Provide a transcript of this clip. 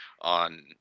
on